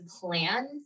plan